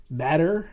matter